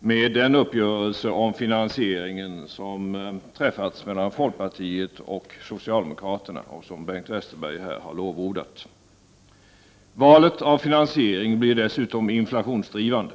och med den uppgörelse om finansieringen som har träffats mellan folkpartiet och socialdemokraterna och som Bengt Westerberg här har lovordat. Den finansiering som väljs blir dessutom inflationsdrivande.